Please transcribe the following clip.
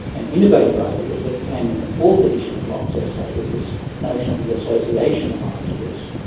and innovative ideas that came in the fourth edition of locke's essay was this notion of the association of ideas,